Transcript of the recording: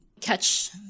catch